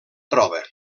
troba